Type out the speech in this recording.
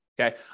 Okay